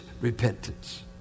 repentance